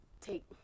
take